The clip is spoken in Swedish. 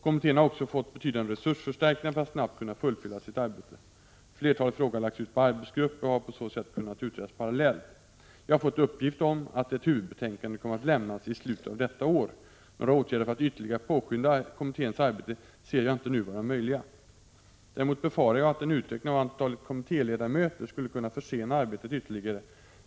Kommittén har också fått betydande resursförstärkningar för att snabbt kunna fullfölja sitt arbete. Flertalet frågor har lagts ut på arbetsgrupper och har på så sätt kunnat utredas parallellt. Jag har fått uppgift om att ett huvudbetänkande kommer att lämnas i slutet av detta år. Några åtgärder för att ytterligare påskynda kommitténs arbete ser jag inte nu vara möjliga. Däremot befarar jag att en utökning av antalet kommittéledamöter skulle kunna försena arbetet ytterligare.